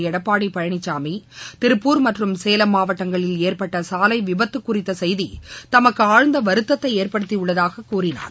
எடப்பாடி பழனிசாமி திருப்பூர் மற்றும் சேலம் மாவட்டங்களில் ஏற்பட்ட சாலை விபத்துக் குறித்தசெய்தி தமக்கு ஆழ்ந்த வருத்தத்தை ஏற்படுத்தியுள்ளதாக கூறினார்